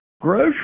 grocery